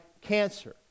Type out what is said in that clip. cancer